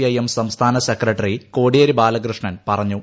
IM സംസ്ഥാന secretary Kodiyeri Balakrishnan പറഞ്ഞു